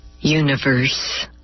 universe